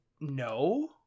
no